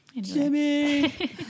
jimmy